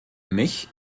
mich